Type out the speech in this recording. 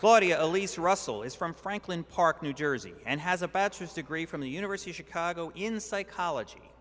claudia elise russell is from franklin park new jersey and has a bachelor's degree from the university of chicago in psychology